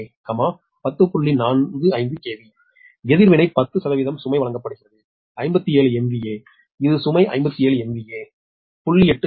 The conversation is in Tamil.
45 KV எதிர்வினை 10 சுமை வழங்கப்படுகிறது 57 MVA இது சுமை 57 MVA 0